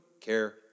care